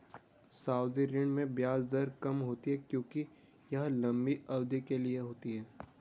सावधि ऋण में ब्याज दर कम होती है क्योंकि यह लंबी अवधि के लिए होती है